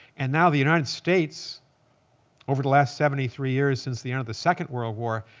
and now the united states over the last seventy three years since the end of the second world war.